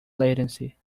latency